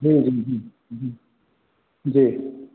जी